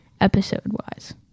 Episode-wise